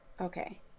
Okay